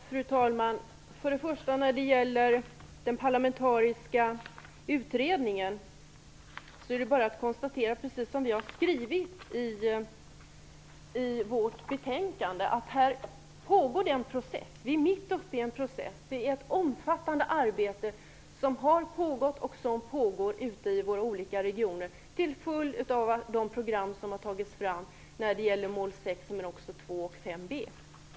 Fru talman! När det gäller den parlamentariska utredningen är det bara att konstatera att det pågår en process här, precis som vi har skrivit i vårt betänkande. Vi är mitt uppe i en process. Det är ett omfattande arbete som har pågått och som pågår ute i våra olika regioner till följd av de program som har tagits fram för mål 6, men också för mål 2 och 5b.